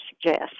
suggest